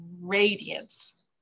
radiance